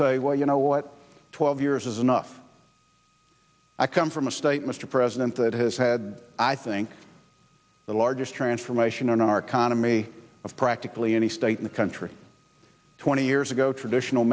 say well you know what twelve years is enough i come from a state mr president that has had i think the largest transformation in our condo me of practically any state in the country twenty years ago traditional